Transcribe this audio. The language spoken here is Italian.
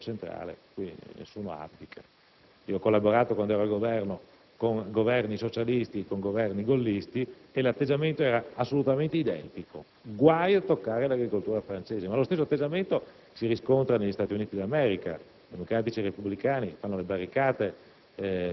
e post-industriale per molti aspetti) ha un ruolo centrale. Ho collaborato, quando ero al Governo, con Governi socialisti e gollisti e l'atteggiamento era assolutamente identico: guai a toccare l'agricoltura francese, ma lo stesso atteggiamento si riscontra negli Stati Uniti d'America